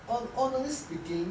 um honestly speaking